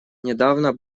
недавно